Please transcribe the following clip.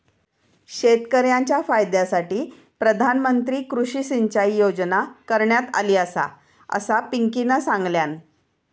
शेतकऱ्यांच्या फायद्यासाठी प्रधानमंत्री कृषी सिंचाई योजना करण्यात आली आसा, असा पिंकीनं सांगल्यान